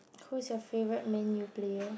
who's your favourite Man U player